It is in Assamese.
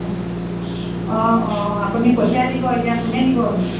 অ' অ' আপুনি পঠিয়াই দিব এতিয়া কোনে নিবহি